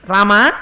Rama